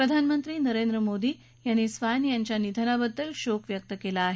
प्रधानमंत्री नरेंद्र मोदी यांनी स्वैन यांच्या निधनाबद्दल शोक व्यक्त केला आहे